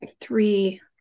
Three